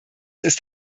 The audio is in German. ist